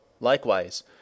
likewise